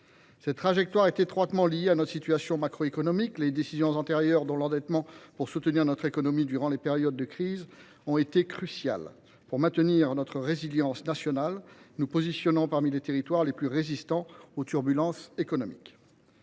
Cette trajectoire est étroitement liée à notre situation macroéconomique. Les décisions antérieures, dont l’endettement pour soutenir notre économie durant les périodes de crise, ont été cruciales. Elles ont permis de maintenir notre résilience nationale et de nous positionner parmi les territoires les plus résistants aux turbulences économiques.